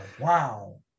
Wow